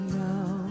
now